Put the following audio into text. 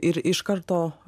ir iš karto